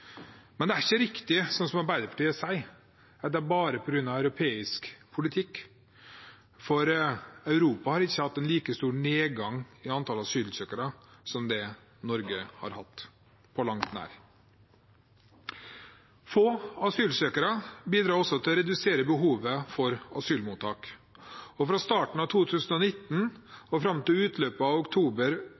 Men det er ikke riktig slik som Arbeiderpartiet sier, at det er bare på grunn av europeisk politikk, for Europa har ikke hatt en like stor nedgang i antall asylsøkere som det Norge har hatt – på langt nær. Få asylsøkere bidrar også til å redusere behovet for asylmottak, og fra starten av 2019 og fram til utløpet av oktober